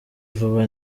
vuba